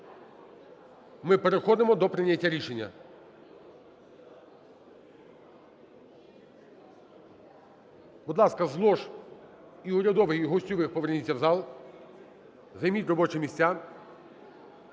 ми переходимо до прийняття рішення. Будь ласка, з лож і урядових, і гостьових поверніться в зал, займіть робочі місця.